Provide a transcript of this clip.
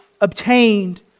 obtained